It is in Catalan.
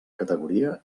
categoria